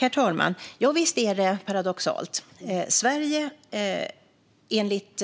Herr talman! Javisst är det paradoxalt! Sverige, enligt